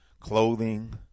clothing